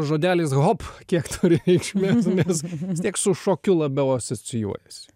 žodelis hop kiek turi reikšmės nes vis tiek su šokiu labiau asocijuojasi